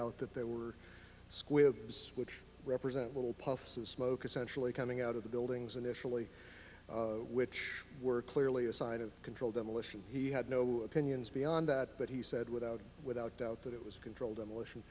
out that there were switch represent little puffs of smoke essentially coming out of the buildings initially which were clearly a sign of controlled demolition he had no opinions beyond that but he said without without doubt that it was a controlled demolition